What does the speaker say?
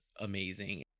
amazing